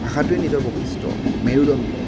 ভাষাটোৱে নিজৰ বৈশিষ্ট্য মেৰুদণ্ড